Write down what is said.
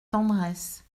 tendresse